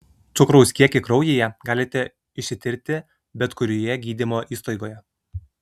cukraus kiekį kraujyje galite išsitirti bet kurioje gydymo įstaigoje